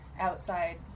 outside